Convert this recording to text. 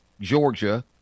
georgia